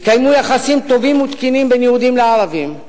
התקיימו יחסים טובים ותקינים בין יהודים לערבים.